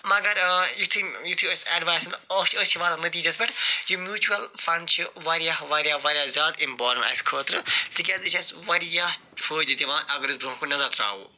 مگر یُتھٕے یُتھٕے أسۍ اٮ۪ڈویس أسۍ أسۍ چھِ واتان نٔتیٖجس پٮ۪ٹھ یہِ میوٗچول فنٛڈ چھِ وارِیاہ وارِیاہ وارِیاہ زیادٕ اِمبارٕن اَسہِ خٲطرٕ تِکیٛازِ یہِ چھِ اَسہِ وارِیاہ فٲیدٕ دِوان اگر أسۍ برٛونٛہہ کُن نظر تراوو